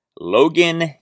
Logan